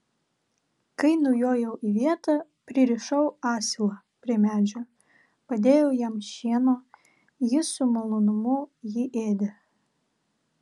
kai nujojau į vietą pririšau asilą prie medžio padėjau jam šieno jis su malonumu jį ėdė